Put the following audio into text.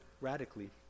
radically